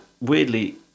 weirdly